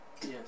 Yes